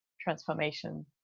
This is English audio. transformation